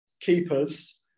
keepers